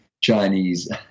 Chinese